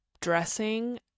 Dressing